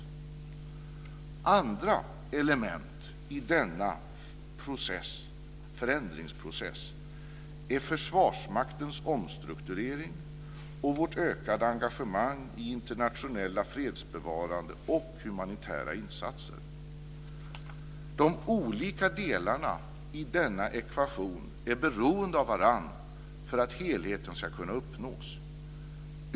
Andra element i denna förändringsprocess är Försvarsmaktens omstrukturering och vårt ökade engagemang i internationella fredsbevarande och humanitära insatser. De olika delarna i denna ekvation är beroende av varandra för att helheten ska kunna uppnås.